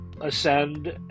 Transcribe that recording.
Ascend